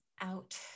out